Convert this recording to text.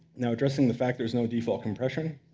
now, addressing the fact there's no default compression,